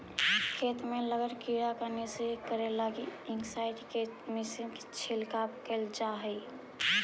खेत में लगल कीड़ा के निष्क्रिय करे लगी इंसेक्टिसाइट्स् के मिश्रण के छिड़काव कैल जा हई